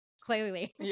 clearly